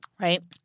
right